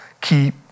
keep